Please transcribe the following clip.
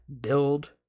Build